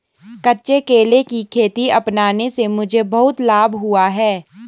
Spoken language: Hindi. कच्चे केले की खेती अपनाने से मुझे बहुत लाभ हुआ है